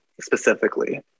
specifically